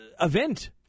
event